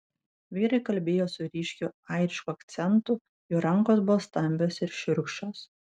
vyrai kalbėjo su ryškiu airišku akcentu jų rankos buvo stambios ir šiurkščios